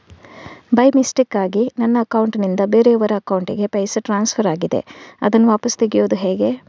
By ಮಿಸ್ಟೇಕಾಗಿ ನನ್ನ account ನಿಂದ ಬೇರೆಯವರ ಅಕೌಂಟ್ ಗೆ ಪೈಸೆ ಟ್ರಾನ್ಸ್ಫರ್ ಆಗಿದೆ ಅದನ್ನು ವಾಪಸ್ ತೆಗೆಯೂದು ಹೇಗೆ?